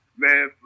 Man